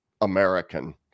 American